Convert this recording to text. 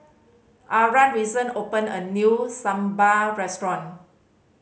Arah recent opened a new Sambar restaurant